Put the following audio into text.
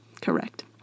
correct